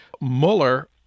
Mueller